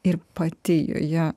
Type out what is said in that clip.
ir pati joje